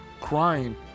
crying